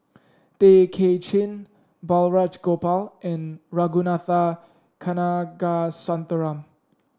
Tay Kay Chin Balraj Gopal and Ragunathar Kanagasuntheram